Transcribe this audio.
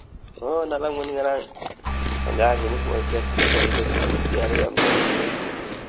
ꯑꯣ ꯅꯠꯂꯝꯒꯅꯤ ꯉꯔꯥꯡ ꯑꯉꯥꯡꯒꯩꯅ ꯃꯣꯏ ꯐꯦꯁꯕꯨꯛꯇ ꯀꯔꯤꯗ ꯌꯥꯝ ꯇꯧꯈꯤꯝꯅꯦ